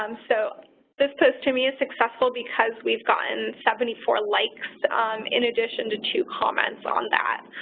um so this post to me is successful because we've gotten seventy four likes in addition to two comments on that.